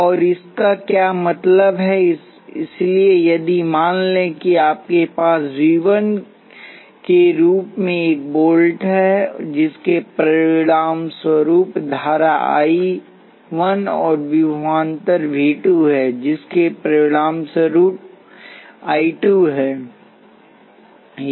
और इसका क्या मतलब है इसलिए यदि मान लें कि आपके पास V 1 के रूप में एक वोल्ट है जिसके परिणामस्वरूप धारा I 1 और विभवांतर V 2 है जिसके परिणामस्वरूप I 2 है